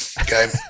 Okay